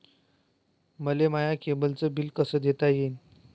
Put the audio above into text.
मले माया केबलचं बिल कस देता येईन?